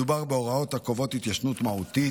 מדובר בהוראות הקובעות התיישנות מהותית,